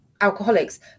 alcoholics